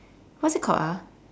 what's it called ah